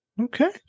Okay